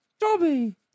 Dobby